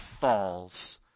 falls